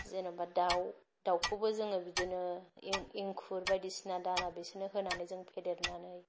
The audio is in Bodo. जेन'बा दाउ दाउखौबो जोङो बिदिनो इं इंखुर बायदिसिना दाना बिसिनो होननानै जों फेदेरनानै